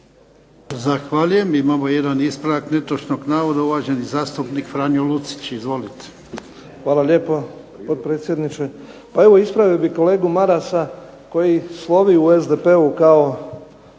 Zahvaljujem. Imamo jedan ispravak netočnog navoda, uvaženi zastupnik Franjo Lucić. Izvolite. **Lucić, Franjo (HDZ)** Hvala lijepa potpredsjedniče. Pa evo ispravio bih kolegu Marasa koji slovi u SDP-u kao